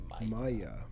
Maya